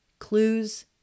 Clues